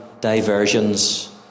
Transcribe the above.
Diversions